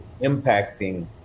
impacting